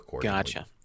Gotcha